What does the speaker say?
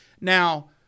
Now –